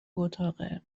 اتاقه